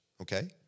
okay